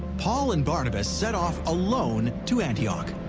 paul and barnabas set off alone to antioch.